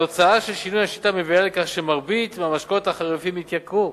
התוצאה של שינוי השיטה מביאה לכך שמרבית המשקאות החריפים יתייקרו,